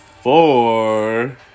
four